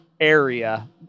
area